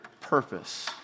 purpose